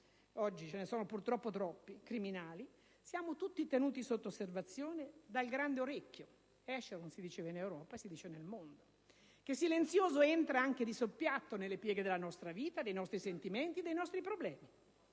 oggi ce ne sono purtroppo troppi - siamo tutti tenuti sotto osservazione dal grande orecchio - *Echelon* si diceva in Europa e si dice nel mondo - che silenzioso entra anche di soppiatto nelle pieghe della nostra vita, dei nostri sentimenti, dei nostri problemi.